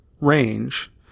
range